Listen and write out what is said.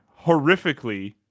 horrifically